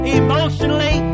emotionally